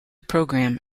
program